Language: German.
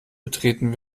betreten